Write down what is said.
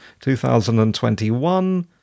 2021